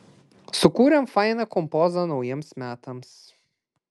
sukūrėm fainą kompozą naujiems metams